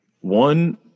one